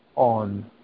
on